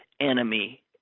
enemy